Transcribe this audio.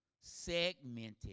segmented